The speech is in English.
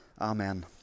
Amen